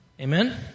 Amen